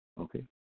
okay